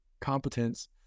competence